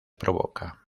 provoca